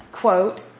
quote